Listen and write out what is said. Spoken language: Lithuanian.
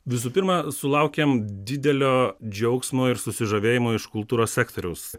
visų pirma sulaukėm didelio džiaugsmo ir susižavėjimo iš kultūros sektoriaus